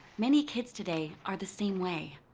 many kids today are the same way.